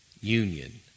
union